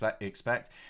expect